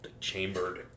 chambered